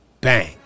bang